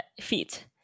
feet